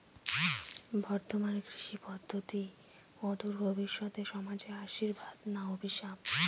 বর্তমান কৃষি পদ্ধতি অদূর ভবিষ্যতে সমাজে আশীর্বাদ না অভিশাপ?